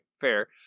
fair